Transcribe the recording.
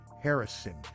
Harrison